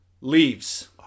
Leaves